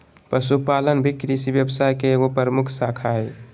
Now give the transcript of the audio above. पशुपालन भी कृषि व्यवसाय के एगो प्रमुख शाखा हइ